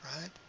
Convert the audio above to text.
right